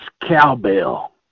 cowbell